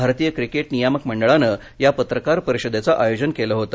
भारतीय क्रिकेट नियामक मंडळानं या पत्रकार परिषदेचं आयोजन केलं होतं